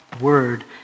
word